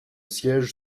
siège